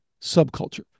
subculture